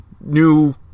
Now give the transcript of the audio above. new